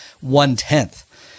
one-tenth